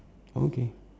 okay